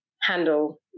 handle